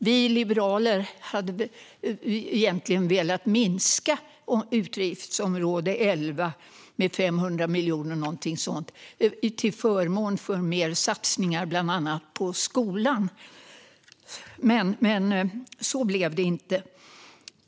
Vi liberaler hade egentligen velat minska utgiftsområde 11 med omkring 500 miljoner till förmån för mer satsningar på bland annat skolan. Men så blev det inte.